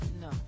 No